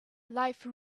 life